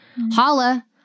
Holla